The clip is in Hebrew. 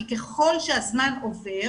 כי ככל שהזמן עובר